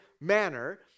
manner